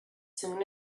soon